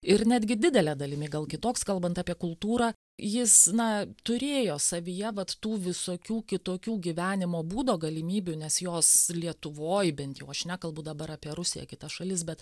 ir netgi didele dalimi gal kitoks kalbant apie kultūrą jis na turėjo savyje vat tų visokių kitokių gyvenimo būdo galimybių nes jos lietuvoj bent jau aš nekalbu dabar apie rusiją kita šalis bet